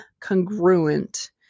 congruent